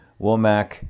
Womack